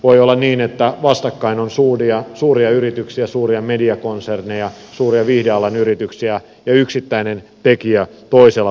voi olla niin että vastakkain on suuria yrityksiä suuria mediakonserneja suuria viihdealan yrityksiä ja yksittäinen tekijä toisella puolella